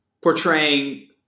portraying